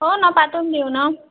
हो ना पाठवून देऊ न